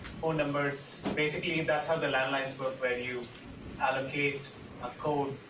phone numbers. basically, that's how the landlines work, when you allocate a code,